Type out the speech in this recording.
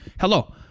hello